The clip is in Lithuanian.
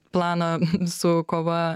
planą su kova